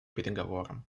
переговорам